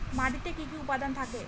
মাটিতে কি কি উপাদান থাকে?